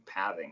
pathing